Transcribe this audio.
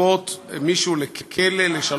ישפוט מישהו לכלא, למה לא?